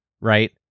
right